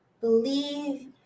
Believe